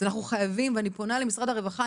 אני פונה למשרד הרווחה,